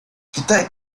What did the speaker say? китай